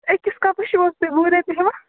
أکِس کَپس چھِو حظ تُہۍ وُہ رۄپیہِ ہٮ۪وان